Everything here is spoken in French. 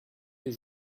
les